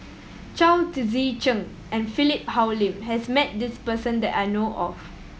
Chao Tzee Cheng and Philip Hoalim has met this person that I know of